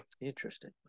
Interesting